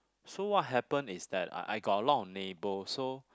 so what happen is that I I got a lot of neighbour so